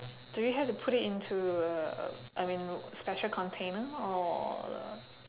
do you have to put it into a a I mean special container or